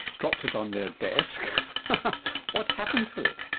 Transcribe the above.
dropped it on their desk what's happened to it?